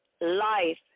life